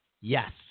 Yes